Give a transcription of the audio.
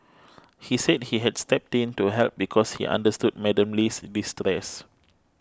he said he had stepped in to help because he understood Madam Lee's distress